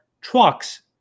trucks